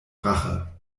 rache